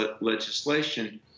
legislation